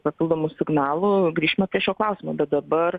papildomų signalų grįšime prie šio klausimo bet dabar